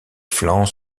flancs